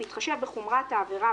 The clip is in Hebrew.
בהתחשב בחומרת העבירה,